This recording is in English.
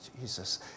Jesus